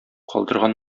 калдырган